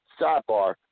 sidebar